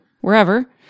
wherever